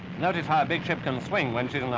notice how a big ship can swing when she's in a